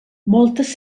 moltes